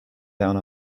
down